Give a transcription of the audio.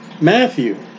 Matthew